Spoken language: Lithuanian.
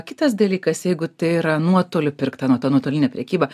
kitas dalykas jeigu tai yra nuotoliu pirkta nu ta nuotolinė prekyba